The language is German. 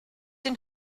den